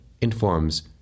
informs